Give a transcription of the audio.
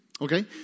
Okay